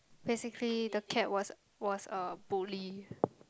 basically the cat was was a bully